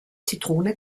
zitrone